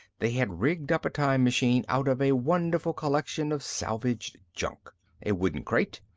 they had rigged up a time machine out of a wonderful collection of salvaged junk a wooden crate,